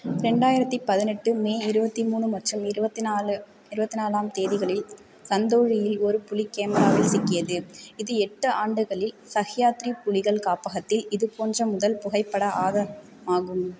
ரெண்டாயிரத்து பதினெட்டு மே இருபத்தி மூணு மற்றும் இருபத்தி நாலு இருபத்தி நாலாம் தேதிகளில் சந்தோலியில் ஒரு புலி கேமராவில் சிக்கியது இது எட்டு ஆண்டுகளில் சஹ்யாத்ரி புலிகள் காப்பகத்தில் இதுபோன்ற முதல் புகைப்பட ஆதாரமாகும்